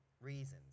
reasons